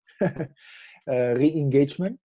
re-engagement